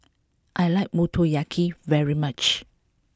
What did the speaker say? I like Motoyaki very much